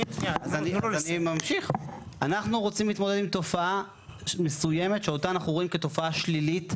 אנחנו רוצים להתמודד עם תופעה מסוימת שאותה אנחנו רואים כתופעה שלילית,